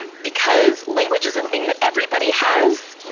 because language is a thing that everybody has.